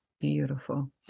Beautiful